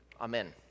Amen